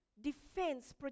defense